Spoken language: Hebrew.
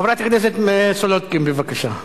חברת הכנסת סולודקין, בבקשה.